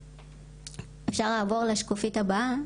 אפשר לעבור לשקופית הבאה.